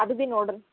ಅದು ಬಿ ನೋಡ್ರೀ